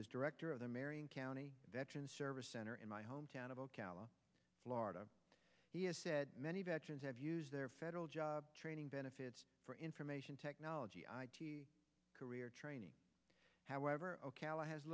as director of the marion county veterans service center in my hometown of ocala florida he has said many veterans have used their federal job training benefits for information technology career training however